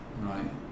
Right